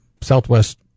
southwest